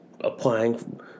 applying